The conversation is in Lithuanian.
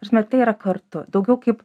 ta prasme tai yra kartu daugiau kaip